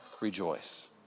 rejoice